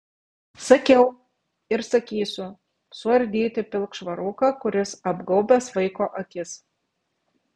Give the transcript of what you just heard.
sakiau ir sakysiu suardyti pilkšvą rūką kuris apgaubęs vaiko akis